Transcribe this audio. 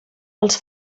els